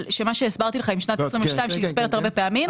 מה שהסברתי לך עם שנת 2022 שנספרת הרבה פעמים,